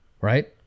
right